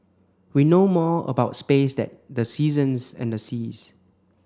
we know more about space than the seasons and the seas